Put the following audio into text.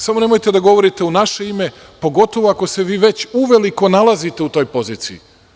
Samo nemojte da govorite u naše ime, pogotovo ako se vi već uveliko nalazite u toj poziciji.